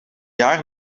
jaar